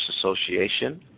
Association